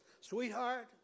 Sweetheart